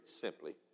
simply